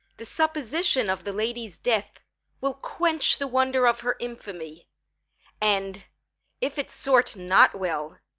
the supposition of the lady's death will quench the wonder of her infamy and if it sort not well,